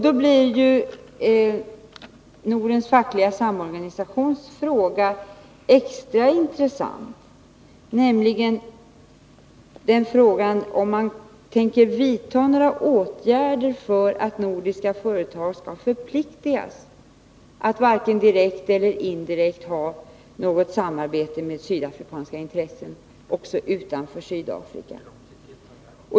Då blir Nordens fackliga samarbetsorganisations fråga extra intressant — frågan om man tänker vidta några åtgärder för att nordiska företag skall förpliktigas att varken direkt eller indirekt ha något samarbete med sydafrikanska intressen, också utanför Sydafrika.